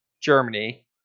Germany